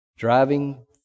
Driving